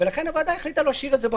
ולכן הוועדה החליטה להשאיר את זה בחוץ.